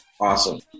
Awesome